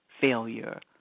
failure